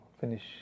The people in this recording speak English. finish